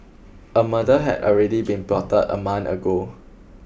a murder had already been plotted a month ago